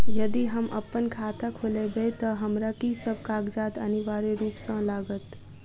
यदि हम अप्पन खाता खोलेबै तऽ हमरा की सब कागजात अनिवार्य रूप सँ लागत?